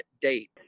date